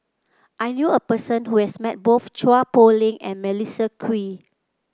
I knew a person who has met both Chua Poh Leng and Melissa Kwee